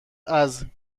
ازگار